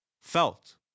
Felt